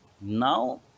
Now